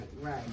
right